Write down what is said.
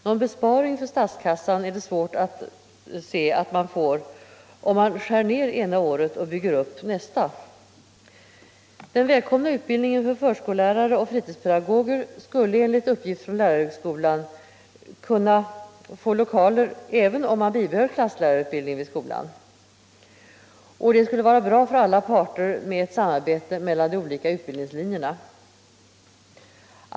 Någon besparing för statskassan är svår att se, om man skär ned ena året och bygger upp nästa. Den välkomna utbildningen för förskollärare och fritidspedagoger skulle enligt uppgift från lärarhögskolan kunna få lokaler, även om man bibehöll klasslärarutbildningen vid skolan, och det skulle vara bra för alla parter med ett samarbete mellan de olika utbildningslinjerna.